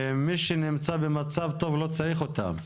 מי שנמצא במצב טוב לא צריך אותם,